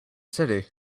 city